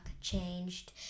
changed